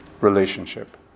relationship